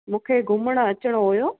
मूंखे घुमणु अचणो हुयो